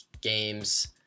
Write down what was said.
games